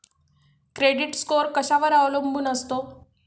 Credit score कशावर अवलंबून असतो?